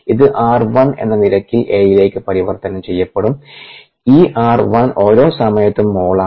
ഇത് r1 എന്ന നിരക്കിൽ A ലേക്ക് പരിവർത്തനം ചെയ്യപ്പെടും ഈ r 1 ഓരോ സമയത്തും മോളാണ്